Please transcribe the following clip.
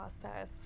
process